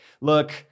look